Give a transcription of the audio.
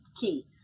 key